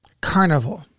carnival